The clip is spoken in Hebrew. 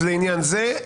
לעניין זה.